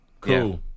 Cool